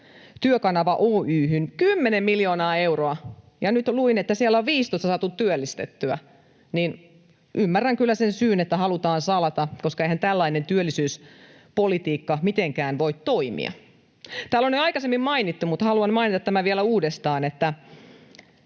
Työkanava Oy:hyn 10 miljoonaa euroa ja nyt luin, että siellä on 15 saatu työllistettyä, niin ymmärrän kyllä sen syyn, että halutaan salata, koska eihän tällainen työllisyyspolitiikka mitenkään voi toimia. Täällä on jo aikaisemmin mainittu mutta haluan mainita tämän vielä uudestaan,